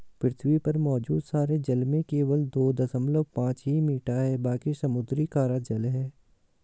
पृथ्वी पर मौजूद सारे जल में केवल दो दशमलव पांच ही मीठा है बाकी समुद्री खारा जल है